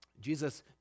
Jesus